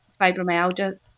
fibromyalgia